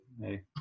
hey